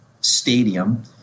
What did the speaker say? stadium